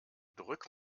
drück